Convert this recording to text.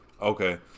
okay